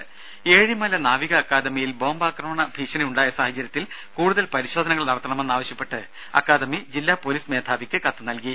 രംഭ ഏഴിമല നാവിക അക്കാദമയിൽ ബോംബ് ആക്രമണ ഭീഷണി ഉണ്ടായ സാഹചര്യത്തിൽ കൂടുതൽ പരിശോധനകൾ നടത്തണമെന്ന് ആവശ്യപ്പെട്ട് അക്കാദമി ജില്ലാ പോലീസ് മേധാവിക്ക് കത്ത് നൽകി